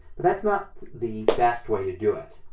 but that's not the best way to do it.